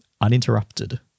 uninterrupted